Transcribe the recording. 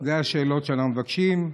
אלה השאלות שאנחנו שואלים.